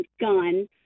gun